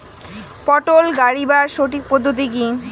পটল গারিবার সঠিক পদ্ধতি কি?